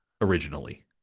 originally